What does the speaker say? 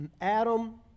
Adam